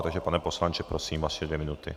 Takže pane poslanče, prosím, vaše dvě minuty.